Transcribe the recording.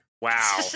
Wow